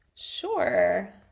sure